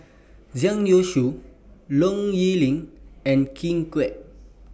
Zhang Youshuo Low Yen Ling and Ken Kwek